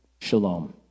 shalom